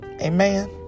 Amen